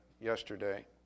yesterday